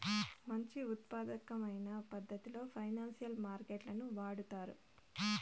మంచి ఉత్పాదకమైన పద్ధతిలో ఫైనాన్సియల్ మార్కెట్ లను వాడుతారు